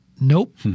Nope